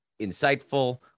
insightful